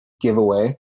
giveaway